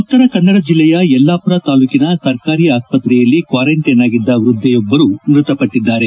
ಉತರ ಕನ್ನಡ ಜಿಲ್ಲೆಯ ಯಲ್ನಾಪುರ ತಾಲೂಕಿನ ಸರ್ಕಾರಿ ಆಸ್ತ್ರೆಯಲ್ಲಿ ಕ್ನಾರಂಟ್ಲೆನ್ ಆಗಿದ್ದ ವ್ಯದ್ಲೆಯೊಬ್ಲರು ಮೃತಪಟ್ಟಿದ್ದಾರೆ